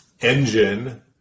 engine